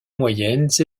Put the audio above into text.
moyennes